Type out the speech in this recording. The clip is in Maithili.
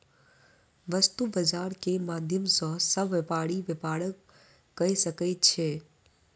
वस्तु बजार के माध्यम सॅ सभ व्यापारी व्यापार कय सकै छै